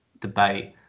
debate